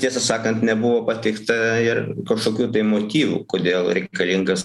tiesą sakant nebuvo pateikta ir kažkokių tai motyvų kodėl reikalingas